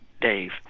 Dave